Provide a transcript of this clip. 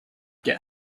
get